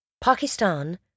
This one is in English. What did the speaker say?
Pakistan